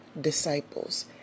disciples